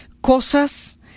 cosas